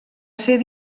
ser